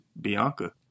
Bianca